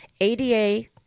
ADA